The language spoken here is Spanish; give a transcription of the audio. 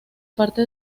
parte